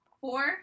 Four